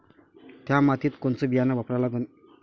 थ्या मातीत कोनचं बियानं वापरा लागन?